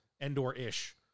Endor-ish